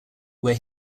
where